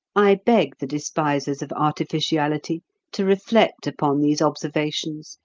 i beg the despisers of artificiality to reflect upon these observations,